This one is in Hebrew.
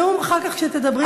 הנאום, אחר כך כשתדברי פה.